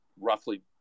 roughly